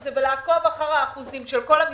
זה ולעקוב אחר האחוזים של כל המשרדים,